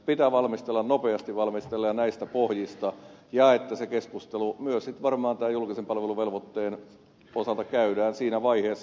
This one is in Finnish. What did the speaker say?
pitää valmistella nopeasti valmistella näistä pohjista ja käydä se keskustelu myös sitten varmaan tämän julkisen palvelun velvoitteen osalta siinä vaiheessa